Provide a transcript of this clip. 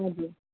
हजुर